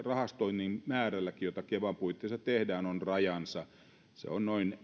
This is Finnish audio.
rahastoinnin määrälläkin jota kevan puitteissa tehdään on rajansa se on noin